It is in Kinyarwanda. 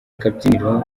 kabyiniro